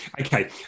Okay